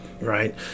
right